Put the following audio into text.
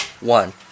one